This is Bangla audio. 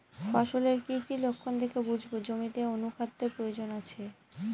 ফসলের কি কি লক্ষণ দেখে বুঝব জমিতে অনুখাদ্যের প্রয়োজন আছে?